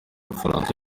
bufaransa